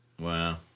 Wow